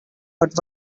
but